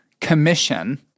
commission